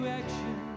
action